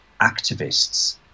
activists